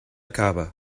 cava